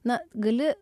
na gali